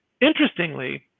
interestingly